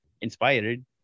inspired